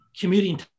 commuting